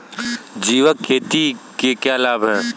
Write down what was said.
जैविक खेती के क्या लाभ हैं?